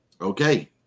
okay